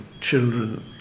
children